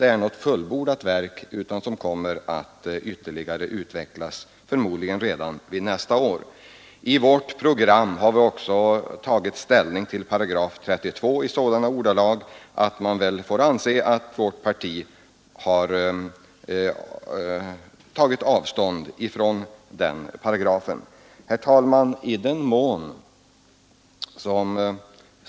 Den är inte något fullbordat verk utan kommer att utvecklas, förmodligen redan nästa år. Centerns program har tagit ställning till § 32 i sådana ordalag att man får anse att vi tagit avstånd från den.